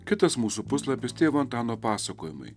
kitas mūsų puslapis tėvo antano pasakojimai